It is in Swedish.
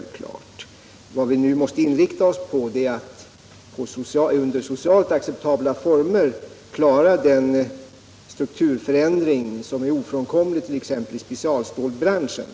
Vad vi nu måste inrikta oss på är att i socialt acceptabla former klara den strukturförändring som är ofrånkomlig,t.ex. i specialstålbranschen.